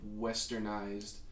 westernized